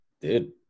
Dude